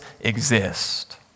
exist